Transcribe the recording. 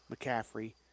McCaffrey